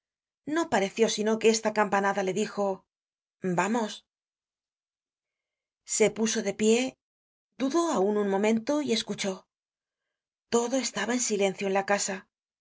no pareció sino que esta campanada le dijo vamos se puso de pie dudó aun un momento y escuchó todo estaba en silenció en la casa